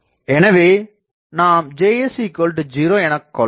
எனவே நாம் Js 0 எனக் கொள்ளலாம்